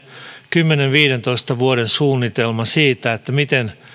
kymmenen viiva viidentoista vuoden suunnitelma siitä miten